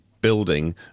building